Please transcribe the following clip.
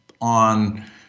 on